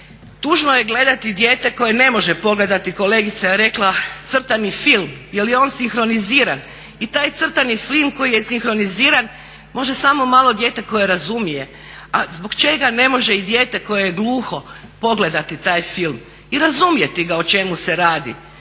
tužno je gledati dijete koje ne može pogledati, kolegica je rekla crtani film jer je on sinkroniziran. I taj crtani film koji je sinkroniziran može samo malo dijete koje razumije a zbog čega ne može i dijete koje je gluho pogledati taj film i razumjeti o čemu se radi?